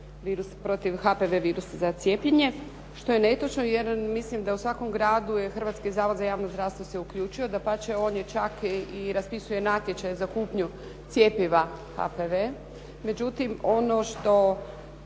protiv HPV virus za cijepljenje. Što je netočno jer mislim da u svakom gradu je Hrvatski zavod za javno zdravstvo se uključio. Dapače, on je čak, i raspisuje natječaj za kupnju cjepiva HPV. Međutim, ono što,